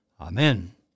Amen